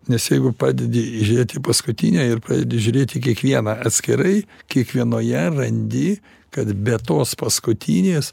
nes jeigu pradedi žiūrėt į paskutinę ir pradedi žiūrėt į kiekvieną atskirai kiekvienoje randi kad be tos paskutinės